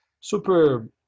super